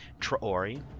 Traori